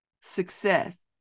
success